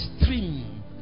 stream